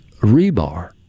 rebar